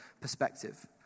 perspective